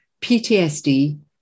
PTSD